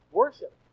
worship